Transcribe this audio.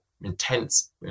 intense